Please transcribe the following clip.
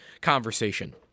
conversation